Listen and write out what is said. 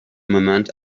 moment